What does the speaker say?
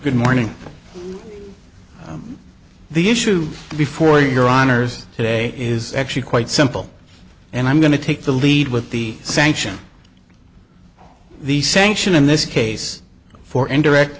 good morning the issue before your honor's today is actually quite simple and i'm going to take the lead with the sanction the sanction in this case for indirect